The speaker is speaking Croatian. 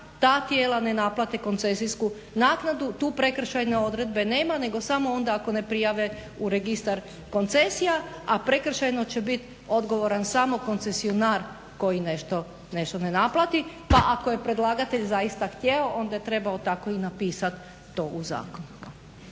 ta tijela ne naplate koncesijsku naknadu, tu prekršajne odredbe nema nego samo onda ako ne prijave u Registar koncesija. A prekršajno će biti odgovoran samo koncesionar koji nešto ne naplati. Pa ako je predlagatelj zaista htio onda je trebao tako i napisati to u zakonu.